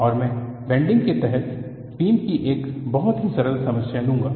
और मैं बेंडिंग के तहत बीम की एक बहुत ही सरल समस्या लूंगा